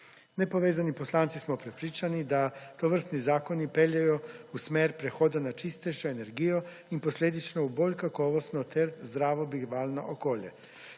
Nepovezani poslanci smo prepričani, da tovrstni zakoni peljejo v smer prehoda na čistejšo energijo in posledično v bolj kakovostno ter zdravo bivalno okolje.